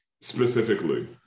specifically